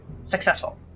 successful